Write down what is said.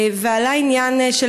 ועלה עניין של